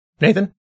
Nathan